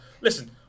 Listen